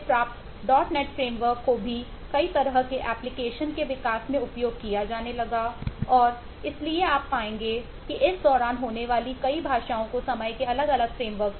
इसलिए फ्रेमवर्क से जोड़ा गया है